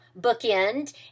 bookend